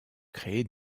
créer